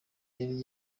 yari